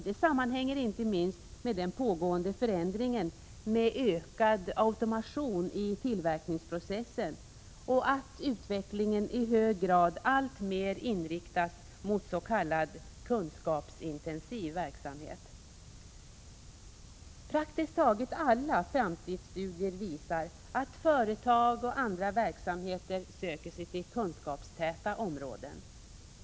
Detta sammanhänger inte minst med den pågående förändringen med ökad automation i tillverkningsprocessen och att utvecklingen i hög grad alltmer inriktas mot s.k. kunskapsintensiv verksamhet. Praktiskt taget alla framtidsstudier visar att företag och andra verksamheter söker sig till kunskapstäta områden.